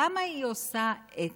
למה היא עושה את